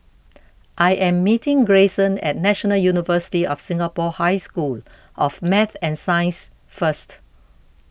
I am meeting Greyson at National University of Singapore High School of Math and Science first